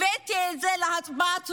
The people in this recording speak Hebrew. הבאתי את זה להצבעה טרומית.